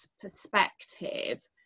perspective